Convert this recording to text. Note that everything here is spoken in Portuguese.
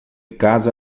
casa